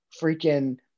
freaking